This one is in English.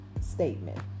statement